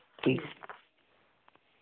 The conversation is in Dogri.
ठीक ऐ